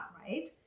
right